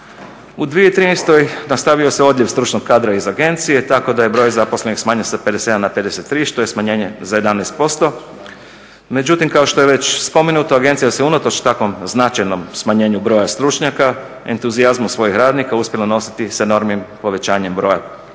U 2013. nastavio se odljev stručnog kadra iz agencije tako da je broj zaposlenih smanjen sa 57 na 53 što je smanjenje za 11%. Međutim kao što je već spomenuto, agencija se unatoč takvom značajnom smanjenju broja stručnjaka, entuzijazmu svojih radnika, uspjela nositi s enormnim povećanjem broja